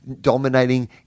dominating